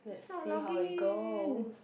it's not logging in